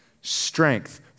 Strength